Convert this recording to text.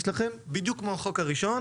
כמו החוק הראשון,